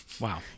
wow